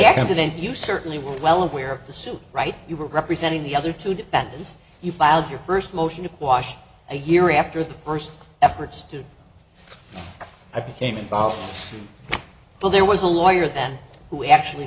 accident you certainly were well aware of the civil rights you were representing the other two defendants you filed your first motion to quash a year after the first efforts to i became involved but there was a lawyer then who actually